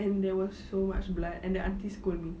and there was so much blood and the auntie scold me